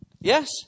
Yes